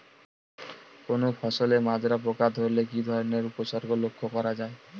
কোনো ফসলে মাজরা পোকা ধরলে কি ধরণের উপসর্গ লক্ষ্য করা যায়?